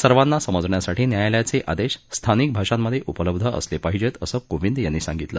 सर्वांना समजण्यासाठी न्यायालयाचे आदेश स्थानिक भाषांमधे उपलब्ध असले पाहिजेत असं कोविंद यांनी सांगितलं